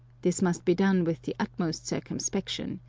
this must be done with the utmost circumspection.